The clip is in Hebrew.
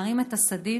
להרים את הסדין,